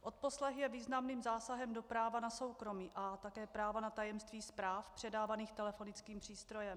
Odposlech je významným zásahem do práva na soukromí a také práva na tajemství zpráv předávaných telefonickým přístrojem.